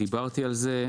דיברתי על זה.